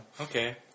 Okay